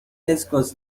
escorts